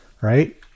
Right